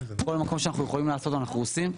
כל מקום שאנחנו יכולים לעשות אנחנו עושים.